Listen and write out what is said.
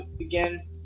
again